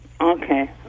Okay